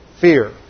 Fear